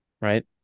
Right